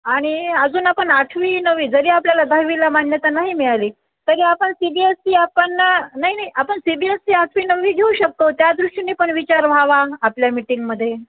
आणि अजून आपण आठवी नववी जरी आपल्याला दहावीला मान्यता नाही मिळाली तरी आपण सी बी एस सी आपण नाही नाही आपण सी बी एस सी आठवी नववी घेऊ शकतो त्या दृष्टीने पण विचार व्हावा आपल्या मिटिंगमध्ये